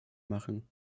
machen